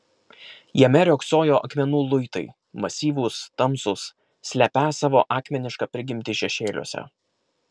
jame riogsojo akmenų luitai masyvūs tamsūs slepią savo akmenišką prigimtį šešėliuose